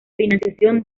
financiación